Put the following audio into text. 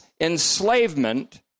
enslavement